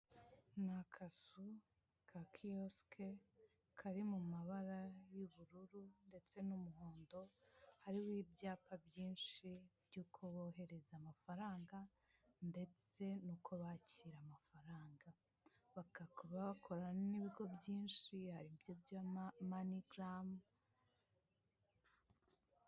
Nakazu ka kiyosike kari mu mabara y'ubururu, ndetse n'umuhondo hariho ibyapa byinshi byuko bohereza amafaranga, ndetse nuko bakira amafaranga bakorana n'ibigo byinshi ari byo bya manigaramu.